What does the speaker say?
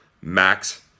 Max